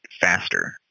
faster